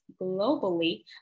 globally